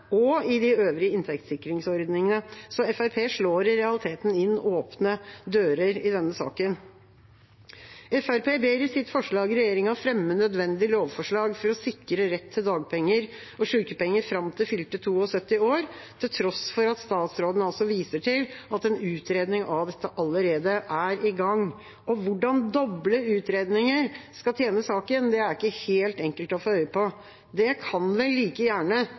og i de øvrige inntektssikringsordningene. Fremskrittspartiet slår i realiteten inn åpne dører i denne saken. Fremskrittspartiet ber i sitt forslag regjeringa fremme nødvendige lovforslag for å sikre rett til dagpenger og sykepenger fram til fylte 72 år, til tross for at statsråden viser til at en utredning av dette allerede er i gang. Hvordan doble utredninger skal tjene saken, er ikke helt enkelt å få øye på. Det kan vel like gjerne